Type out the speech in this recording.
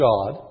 God